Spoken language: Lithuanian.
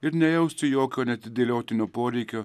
ir nejausti jokio neatidėliotino poreikio